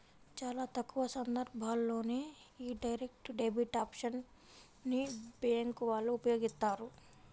చాలా తక్కువ సందర్భాల్లోనే యీ డైరెక్ట్ డెబిట్ ఆప్షన్ ని బ్యేంకు వాళ్ళు ఉపయోగిత్తారు